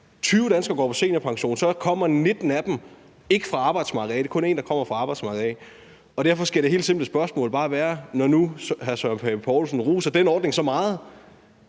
20 danskere går på seniorpension, kommer 19 af dem ikke fra arbejdsmarkedet – det er kun en af dem, der kommer fra arbejdsmarkedet. Derfor skal det helt simple spørgsmål, når nu hr. Søren Pape Poulsen roser den ordning så meget,